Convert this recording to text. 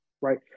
Right